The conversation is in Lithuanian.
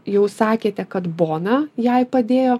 jau sakėte kad bona jai padėjo